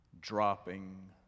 dropping